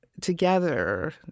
Together